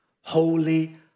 Holy